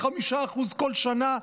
5% בכל שנה,